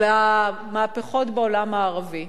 על המהפכות בעולם הערבי,